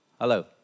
Hello